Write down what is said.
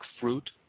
fruit